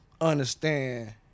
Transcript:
understand